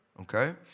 okay